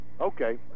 okay